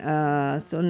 ya